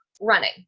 running